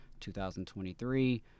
2023